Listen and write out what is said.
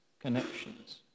connections